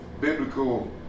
biblical